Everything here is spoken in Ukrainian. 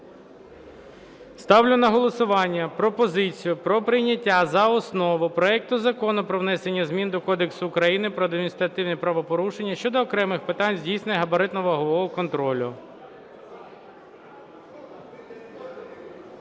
Ставлю на голосування пропозицію про прийняття за основу проекту Закону про внесення змін до Кодексу України про адміністративні правопорушення щодо окремих питань здійснення габаритно-вагового контролю